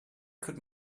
could